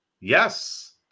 Yes